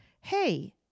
Hey